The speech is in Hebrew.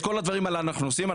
את כל הדברים הללו אנחנו עושים,